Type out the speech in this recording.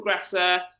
progressor